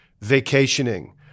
vacationing